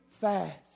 fast